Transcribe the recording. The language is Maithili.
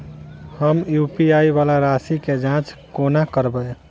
हम यु.पी.आई वला राशि केँ जाँच कोना करबै?